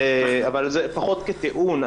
אבל זה פחות כטיעון.